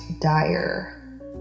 dire